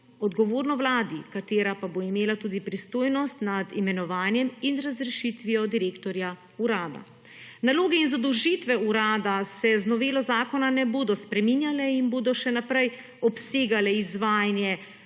odgovorno vladi, katera pa bo imela tudi pristojnost nad imenovanjem in razrešitvijo direktorja urada. Naloge in zadolžitve urada se z novelo zakona ne bodo spreminjale in bodo še naprej obsegale izvajanje